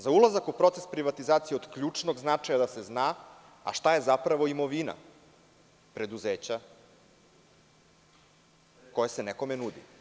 Za ulazak u proces privatizacije je od ključnog značaja da se zna šta je zapravo imovina preduzeća koje se nekome nudi.